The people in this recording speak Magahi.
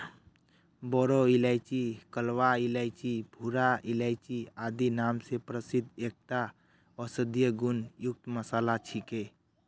बोरो इलायची कलवा इलायची भूरा इलायची आदि नाम स प्रसिद्ध एकता औषधीय गुण युक्त मसाला छिके